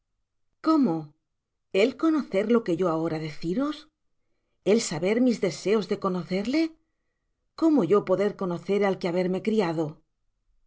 cómo el conocer lo que yo ahora deciros el saber mis deseos de conocerle cómo yo poder conocer al que haberme criado